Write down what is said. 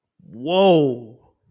Whoa